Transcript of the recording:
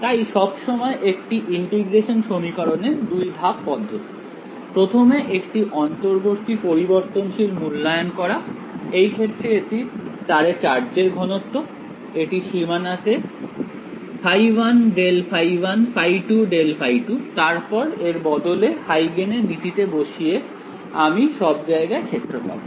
তাই সব সময় একটি ইন্টিগ্রেশন সমীকরণে দুই ধাপ পদ্ধতি প্রথমে একটি অন্তর্বর্তী পরিবর্তনশীল মূল্যায়ন করা এই ক্ষেত্রে এটি তারে চার্জের ঘনত্ব এটি সীমানাতে ϕ1∇ϕ1 ϕ2∇ϕ2 তারপর এর বদলে হাইগেন এর নীতিতে বসিয়ে আমি সব জায়গায় ক্ষেত্র পাবো